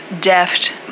deft